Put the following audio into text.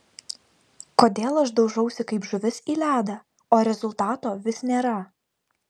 kodėl aš daužausi kaip žuvis į ledą o rezultato vis nėra